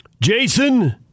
Jason